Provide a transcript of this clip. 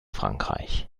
frankreich